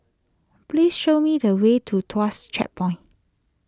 please show me the way to Tuas Checkpoint